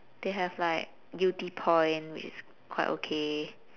they have like yew tee point which is quite okay